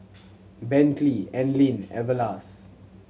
Bentley Anlene Everlast